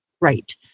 right